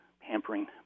pampering